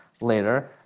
later